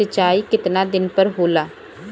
सिंचाई केतना दिन पर होला?